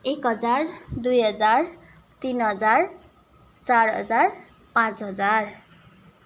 एक हजार दुई हजार तिन हजार चार हजार पाँच हजार